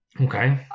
Okay